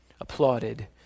applauded